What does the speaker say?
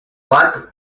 what